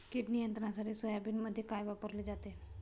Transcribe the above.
कीड नियंत्रणासाठी सोयाबीनमध्ये काय वापरले जाते?